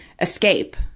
escape